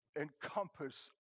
encompass